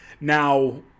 Now